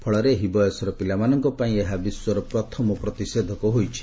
ଫଳରେ ଏହି ବୟସର ପିଲାମାନଙ୍କ ପାଇଁ ଏହା ବିଶ୍ୱର ପ୍ରଥମ ପ୍ରତିଷେଧକ ହୋଇଛି